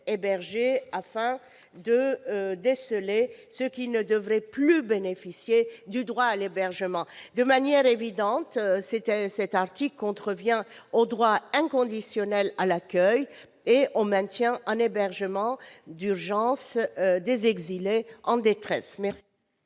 est de déceler ceux qui ne devraient plus bénéficier du droit à l'hébergement. De manière évidente, cet article contrevient au droit inconditionnel à l'accueil et au maintien en hébergement d'urgence des exilés en détresse